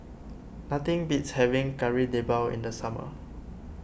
nothing beats having Kari Debal in the summer